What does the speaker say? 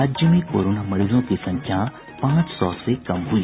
राज्य में कोरोना मरीजों की संख्या पांच सौ से कम हुई